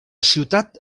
ciutat